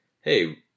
hey